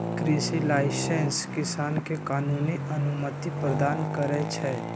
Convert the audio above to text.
कृषि लाइसेंस किसान के कानूनी अनुमति प्रदान करै छै